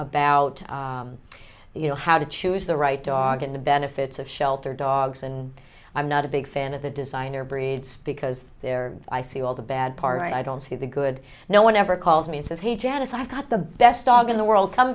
about you know how to choose the right dog and the benefits of shelter dogs and i'm not a big fan of the designer breeds because they're i see all the bad parts i don't see the good no one ever calls me and says he janice i've got the best dog in the world come